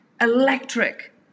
electric